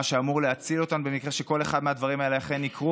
מה שאמור להציל אותנו במקרה שכל אחד מהדברים האלה אכן יקרה,